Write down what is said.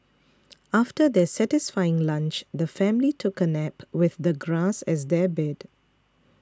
after their satisfying lunch the family took a nap with the grass as their bed